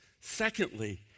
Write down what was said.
Secondly